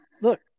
look